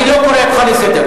אני לא קורא אותך לסדר.